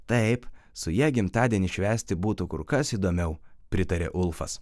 taip su ja gimtadienį švęsti būtų kur kas įdomiau pritarė ulfas